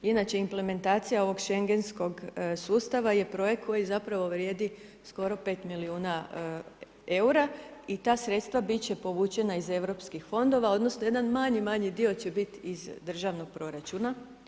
Inače implementacija ovog schengenskog sustava je projekt koji zapravo vrijedi skoro 5 milijuna eura i ta sredstva bit će povučena iz europskih fondova odnosno jedan manji, manji dio će biti iz državnog proračuna.